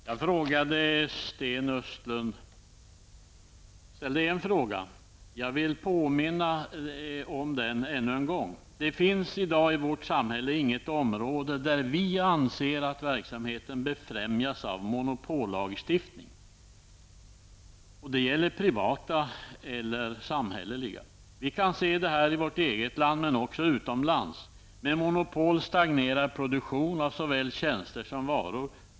Herr talman! Jag ställde en fråga till Sten Östlund, och jag vill påminna om denna. Det finns inte något område i vårt samhälle i dag där en verksamhet enligt vår åsikt befrämjas av en monopollagstiftning. Det gäller såväl privat som samhällelig verksamhet. Det framgår om man studerar förhållandena, både i vårt eget land och utomlands. Med monopol stagnerar nämligen produktionen av tjänster och varor.